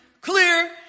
clear